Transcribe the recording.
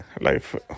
life